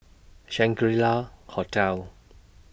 Shangri La Hotel